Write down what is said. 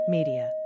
Media